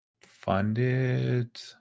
funded